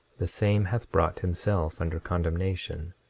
the same hath brought himself under condemnation.